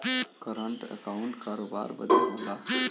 current account करोबार बदे होला